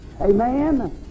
Amen